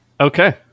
Okay